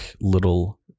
little